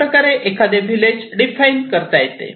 अशाप्रकारे एखादे village define करता येते